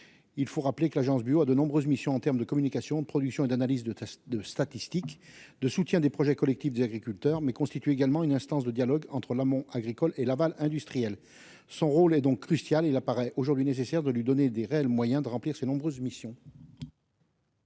il faut rappeler que l'Agence Bio, à de nombreuses missions, en terme de communication de production et d'analyses de tests de statistiques de soutien des projets collectifs des agriculteurs mais constitue également une instance de dialogue entre l'amont agricole et l'aval industriel, son rôle est donc crucial, il apparaît aujourd'hui nécessaire de lui donner des réels moyens de remplir ses nombreuses missions.